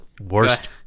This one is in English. worst